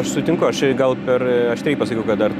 aš sutinku aš čia gal per aštriai pasakiau kad dar